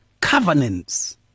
Covenants